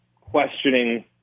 questioning